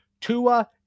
Tua